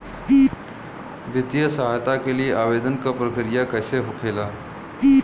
वित्तीय सहायता के लिए आवेदन क प्रक्रिया कैसे होखेला?